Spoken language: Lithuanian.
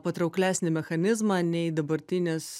patrauklesnį mechanizmą nei dabartinis